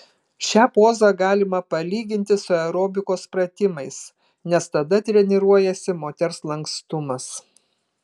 šią pozą galima palyginti su aerobikos pratimais nes tada treniruojasi moters lankstumas